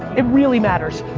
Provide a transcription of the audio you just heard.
it really matters.